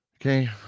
Okay